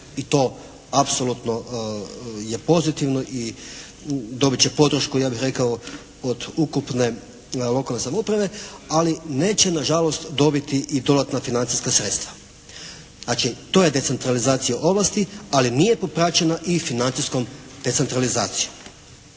i to apsolutno je pozitivno i dobit će podršku ja bih rekao od ukupne lokalne samouprave, ali neće na žalost dobiti i dodatna financijska sredstva. Znači to je decentralizacija ovlasti, ali nije popraćena i financijskom decentralizacijom.